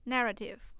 Narrative